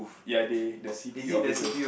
ya they the C_I_D officers